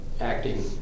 acting